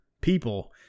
people